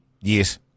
Yes